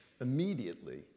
Immediately